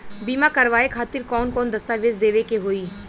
बीमा करवाए खातिर कौन कौन दस्तावेज़ देवे के होई?